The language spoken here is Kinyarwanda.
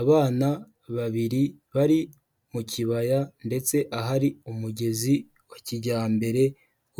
Abana babiri bari mu kibaya ndetse ahari umugezi wa kijyambere